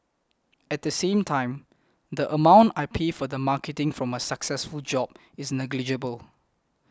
at the same time the amount I pay for the marketing from a successful job is negligible